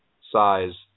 size